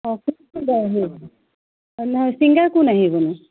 অ' নহয় ছিংগাৰ কোন আহিবনো